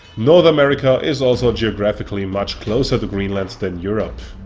north america is also geographically much closer to greenland than europe.